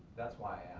that's why